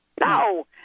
No